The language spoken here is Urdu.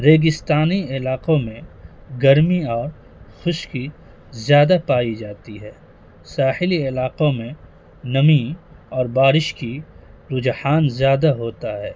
ریگستانی علاقوں میں گرمی اور خشکی زیادہ پائی جاتی ہے ساحلی علاقوں میں نمی اور بارش کی رجحان زیادہ ہوتا ہے